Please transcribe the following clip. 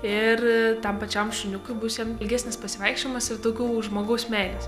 ir tam pačiam šuniukui bus jam ilgesnis pasivaikščiojimas ir daugiau žmogaus meilės